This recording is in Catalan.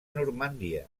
normandia